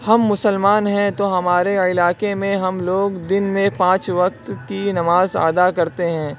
ہم مسلمان ہیں تو ہمارے علاقے میں ہم لوگ دن میں پانچ وقت کی نماز ادا کرتے ہیں